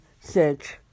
search